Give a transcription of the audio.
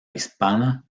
hispana